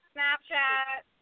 Snapchat